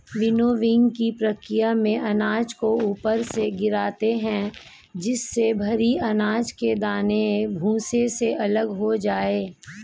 विनोविंगकी प्रकिया में अनाज को ऊपर से गिराते है जिससे भरी अनाज के दाने भूसे से अलग हो जाए